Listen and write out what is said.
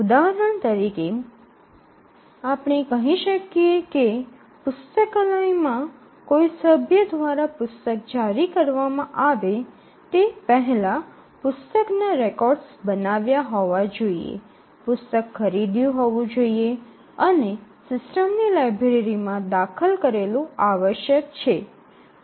ઉદાહરણ તરીકે આપણે કહી શકીએ કે પુસ્તકાલયમાં કોઈ સભ્ય દ્વારા પુસ્તક જારી કરવામાં આવે તે પહેલાં પુસ્તકના રેકોર્ડ્સ બનાવ્યાં હોવા જોઈએ પુસ્તક ખરીદ્યું હોવું જોઈએ અને સિસ્ટમની લાઇબ્રેરીમાં દાખલ કરેલું આવશ્યક છે